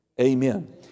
Amen